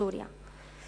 סוריה,